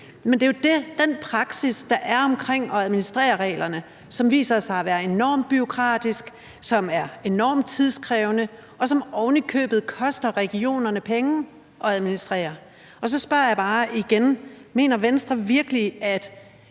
Men det er jo den praksis, der er omkring at administrere reglerne, som viser sig at være enormt bureaukratisk, som er enormt tidskrævende, og som ovenikøbet koster regionerne penge at administrere. Så jeg vil bare spørge igen: Mener Venstre virkelig, at